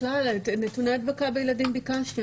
בכלל נתוני הדבקה בילדים ביקשתי,